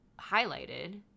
highlighted